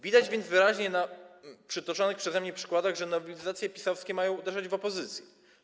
Widać więc wyraźnie na przytoczonych przeze mnie przykładach, że nowelizacje PiS-owskie mają uderzać w opozycję.